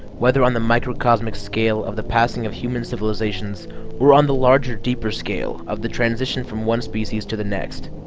whether on the microcosmic scale of the passing of human civilizations were on the larger deeper scale of the transition from one species to the next